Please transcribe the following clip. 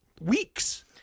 weeks